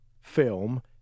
film